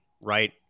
right